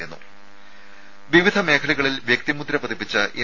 രുമ വിവിധ മേഖലകളിൽ വ്യക്തിമുദ്ര പതിപ്പിച്ച എം